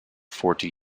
forty